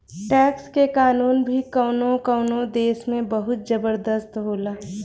tax के कानून भी कवनो कवनो देश में बहुत जबरदस्त होला